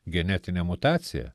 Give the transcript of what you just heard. genetinė mutacija